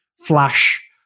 flash